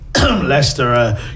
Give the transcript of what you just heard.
Leicester